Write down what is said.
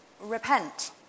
Repent